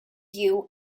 you